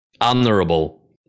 honorable